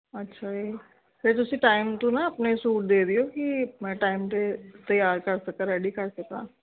ਅੱਛਾ ਜੀ ਫਿਰ ਤੁਸੀਂ ਟਾਈਮ ਤੋਂ ਨਾ ਆਪਣੇ ਸੂਟ ਦੇ ਦਿਓ ਕਿ ਮੈਂ ਟਾਈਮ 'ਤੇ ਤਿਆਰ ਕਰ ਸਕਾਂ ਰੈਡੀ ਕਰ ਸਕਾਂ